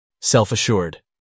Self-assured